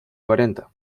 cuarenta